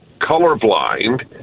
color-blind